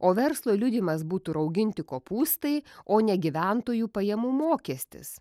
o verslo liudijimas būtų rauginti kopūstai o ne gyventojų pajamų mokestis